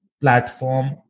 platform